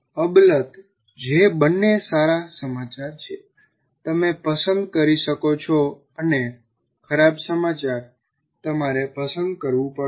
અલબત્ત જે બંને સારા સમાચાર છે તમે પસંદ કરી શકો છો અને ખરાબ સમાચાર તમારે પસંદ કરવું પડશે